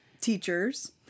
teachers